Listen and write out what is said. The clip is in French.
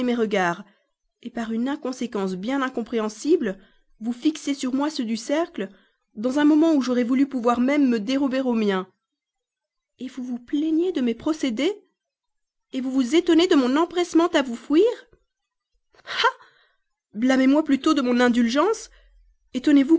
mes regards par une inconséquence bien incompréhensible vous fixez sur moi ceux du cercle dans un moment où j'aurais voulu pouvoir même me dérober aux miens et vous vous plaignez de mes procédés vous vous étonnez de mon empressement à vous fuir ah blâmez moi plutôt de mon indulgence